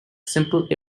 simple